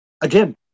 Again